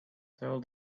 tell